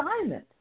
assignment